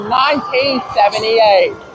1978